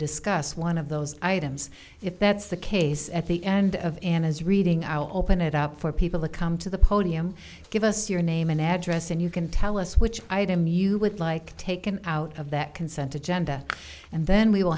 discuss one of those items if that's the case at the end of anna's reading are open it up for people to come to the podium give us your name and address and you can tell us which i had him you would like taken out of that consent agenda and then we will